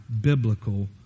biblical